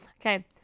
Okay